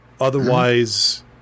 Otherwise